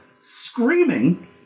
screaming